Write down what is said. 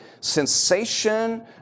sensation